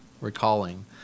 recalling